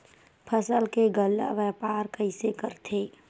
फसल के गल्ला व्यापार कइसे करथे?